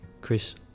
Chris